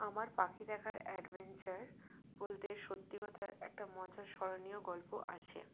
আমার পাখি দেখার অ্যাডভেঞ্চার বলতে সত্যি কথা একটা মজার স্মরণীয় গল্প আছে